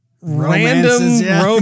random